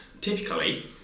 Typically